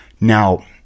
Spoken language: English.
Now